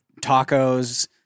tacos